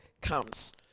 comes